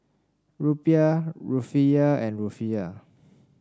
Rupiah Rufiyaa and Rufiyaa